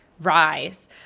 Rise